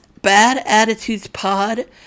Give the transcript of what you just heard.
badattitudespod